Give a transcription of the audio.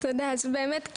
באמת,